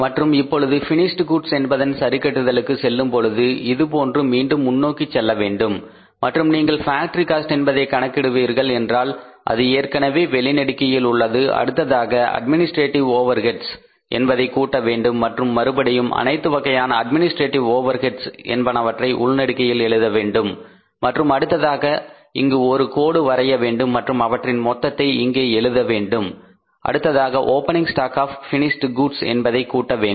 மற்றும் இப்பொழுது finished goods என்பதன் சரிக்கட்டுதலுக்கு செல்லும் பொழுது இது போன்று மீண்டும் முன்னோக்கி செல்ல வேண்டும் மற்றும் நீங்கள் ஃபேக்டரி காஸ்ட் என்பதை கணக்கிட்டுவிட்டீர்கள் என்றால் அது ஏற்கனவே வெளிநெடுக்கையில் உள்ளது அடுத்ததாக அட்மினிஸ்ட்ரேட்டிவ் ஓவர்ஹெட்ஸ் என்பதை கூட்ட வேண்டும் மற்றும் மறுபடியும் அனைத்து வகையான அட்மினிஸ்ட்ரேட்டிவ் ஓவர்ஹெட்ஸ் என்பனவற்றை உள்நெடுக்கையில் எழுத வேண்டும் மற்றும் அடுத்ததாக இங்கு ஒரு கோடு வரைய வேண்டும் மற்றும் அவற்றின் மொத்தத்தை இங்கே எழுத வேண்டும் அடுத்ததாக opening stock of finished goods என்பதை கூட்ட வேண்டும்